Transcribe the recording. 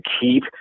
keep